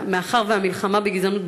מאחר שהמלחמה בגזענות,